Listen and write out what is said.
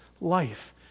life